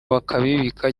bakabibika